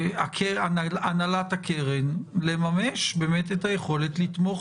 את הנהלת הקרן לממש באמת את היכולת לתמוך